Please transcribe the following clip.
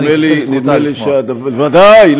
בוודאי.